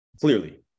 Clearly